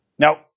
Now